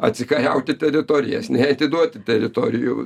atsikariauti teritorijas neatiduoti teritorijų